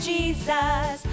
Jesus